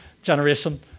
generation